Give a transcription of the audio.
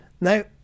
Now